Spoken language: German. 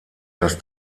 das